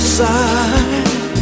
side